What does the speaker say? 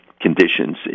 conditions